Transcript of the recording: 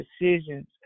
decisions